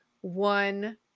one